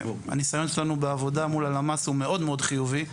הניסיון שלנו בעבודה מול הלמ"ס הוא מאוד מאוד חיובי,